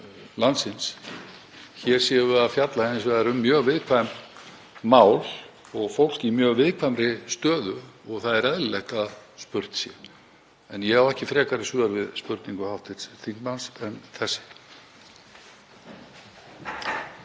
landsins. Hér erum við að fjalla hins vegar um mjög viðkvæm mál og fólk í mjög viðkvæmri stöðu og það er eðlilegt að spurt sé. En ég á ekki frekari svör við spurningu hv. þingmanns en þessi.